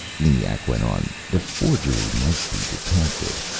eniac went on, the forgery might be detected.